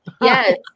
Yes